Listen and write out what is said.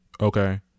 Okay